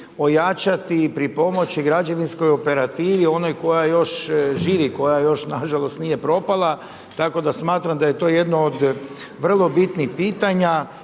ojačati i pripomoći građevinskoj operativi, onoj koja još živi, koja još nažalost, nije propala, tako da smatram da je to jedno od vrlo bitnih pitanja